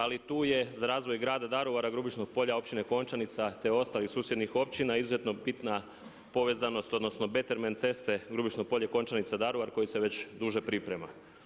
Ali tu je za razvoj grada Daruvara, Grubišnog Polja općine Končanica, te ostalih susjednih općina izuzetno bitna povezanost, odnosno Betterment ceste Grubišno Polje – Končanica – Daruvar koji se već duže priprema.